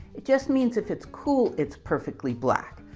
it just means if it's cool, it's perfectly black.